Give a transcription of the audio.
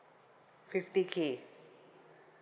fifty K